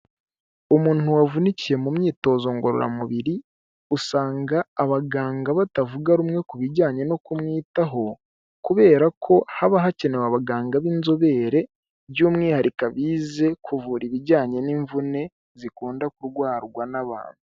Umuntu wavunikiye mu myitozo ngororamubiri, usanga abaganga batavuga rumwe ku bijyanye no kumwitaho kubera ko haba hakenewe abaganga b'inzobere, by'umwihariko abize kuvura ibijyanye n'imvune zikunda kurwarwa n'abantu.